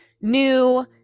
new